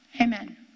Amen